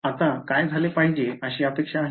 आता काय झाले पाहिजे अशी अपेक्षा आहे